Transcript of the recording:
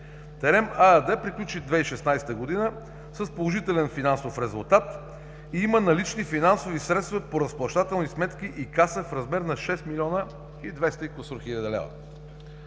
„Терем“ ЕАД приключи 2016 г. с положителен финансов резултат и има налични финансови средства по разплащателни сметки и каса в размер на 6 милиона 200 и кусур хиляди